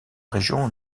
région